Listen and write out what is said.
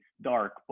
dark